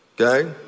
Okay